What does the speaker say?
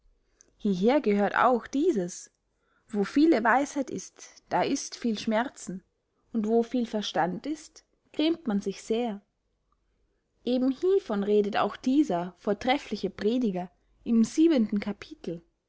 hieher gehört auch dieses wo viele weisheit ist da ist viel schmerzen und wo viel verstand ist grämt man sich sehr eben hievon redet auch dieser vortrefliche prediger im siebenden capitel